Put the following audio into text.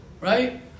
right